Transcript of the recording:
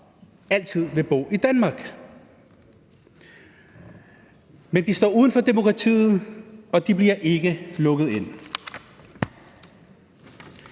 altid vil bo i Danmark. Men de står uden for demokratiet, og de bliver ikke lukket ind.